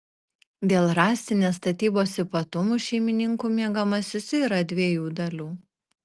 dėl rąstinės statybos ypatumų šeimininkų miegamasis yra dviejų dalių